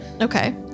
Okay